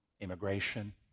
immigration